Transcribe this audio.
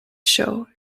show